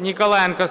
НІКОЛАЄНКО